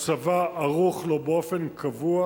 הצבא ערוך לו באופן קבוע,